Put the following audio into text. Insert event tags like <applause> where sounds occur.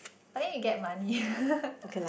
I think you get money <laughs>